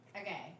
Okay